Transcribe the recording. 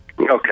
Okay